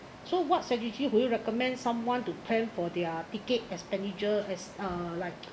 so what strategy would you recommend someone to plan for their ticket expenditure as uh like